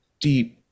deep